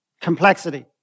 complexity